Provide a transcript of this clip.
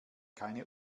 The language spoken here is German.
keine